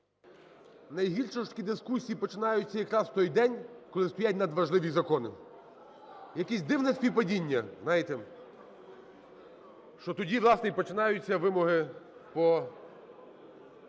Найгірше, що такі дискусії починаються якраз в той день, коли стоять надважливі закони. Якесь дивне співпадіння, знаєте, що тоді, власне, і починаються вимоги по